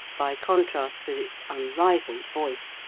by contrast with its unrivalled voice,